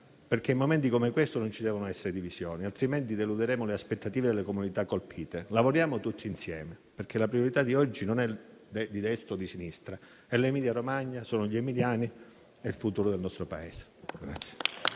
perché in un momento come questo non ci devono essere divisioni, altrimenti deluderemo le aspettative delle comunità colpite. Lavoriamo tutti insieme, perché la priorità di oggi non è di destra o di sinistra: è l'Emilia-Romagna, sono gli emiliani e il futuro del nostro Paese.